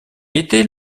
était